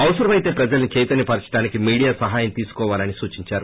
అవసరమైతే ప్రజల్పి చైతన్న పరచడానికి మీడియా సహాయం తీసుకోవాలని సూచించారు